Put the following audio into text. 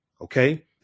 okay